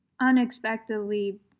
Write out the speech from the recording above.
unexpectedly